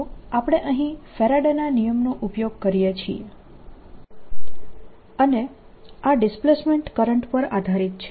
તો આપણે અહીં ફેરાડેના નિયમનો ઉપયોગ કરીએ છીએ અને આ ડિસ્પ્લેસમેન્ટ કરંટ પર આધારીત છે